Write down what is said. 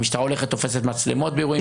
המשטרה הולכת, תופסת מצלמות באירועים כאלה?